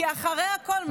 כי אחרי הכול,